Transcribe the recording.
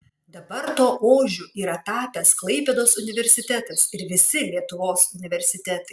dabar tuo ožiu yra tapęs klaipėdos universitetas ir visi lietuvos universitetai